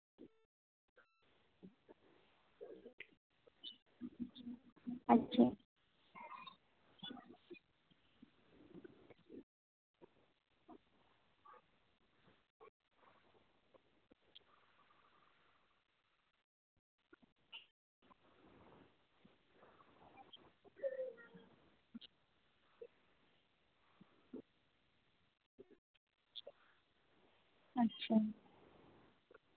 ᱟᱪᱪᱷᱟ